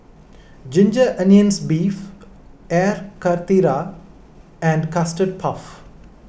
Ginger Onions Beef Air Karthira and Custard Puff